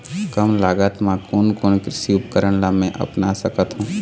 कम लागत मा कोन कोन कृषि उपकरण ला मैं अपना सकथो?